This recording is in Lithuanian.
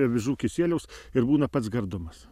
avižų kisieliaus ir būna pats gardumas